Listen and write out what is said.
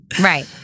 Right